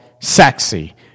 sexy